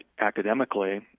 academically